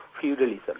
feudalism